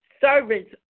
Servants